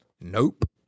nope